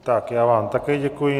Tak já vám také děkuji.